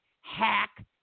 hack